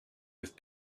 with